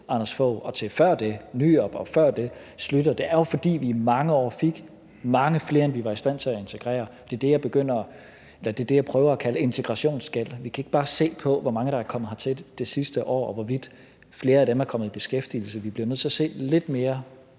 Rasmussen og Poul Schlüter og før dem. Det er jo, fordi vi i mange år fik mange flere, end vi var i stand til at integrere. Det er det, jeg prøver at kalde integrationsgæld. Vi kan ikke bare se på, hvor mange der er kommet hertil det sidste år, og hvor vidt flere af dem er kommet i beskæftigelse. Vi bliver nødt til at se lidt mere